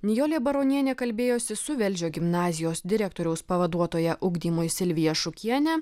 nijolė baronienė kalbėjosi su velžio gimnazijos direktoriaus pavaduotoja ugdymui silvija šukiene